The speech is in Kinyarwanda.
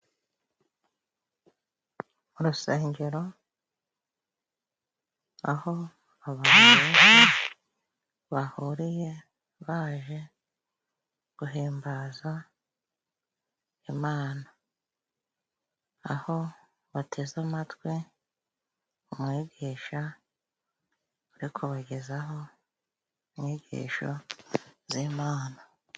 Urusengero aho abakirisitu bahuriye baje guhimbaza Imana. Aho bateze amatwi umwigisha uri kubagezaho inyigisho z'Imana.